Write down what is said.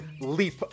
leap